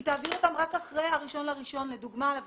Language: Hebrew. היא תעביר אותן רק אחרי ה-1 בינואר לדוגמה על אביזרים,